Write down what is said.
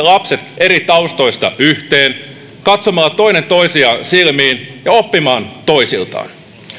lapset eri taustoista yhteen katsomaan toinen toisiaan silmiin ja oppimaan toisiltaan